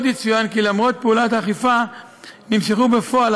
עוד יצוין כי למרות פעולת האכיפה נמשכו בפועל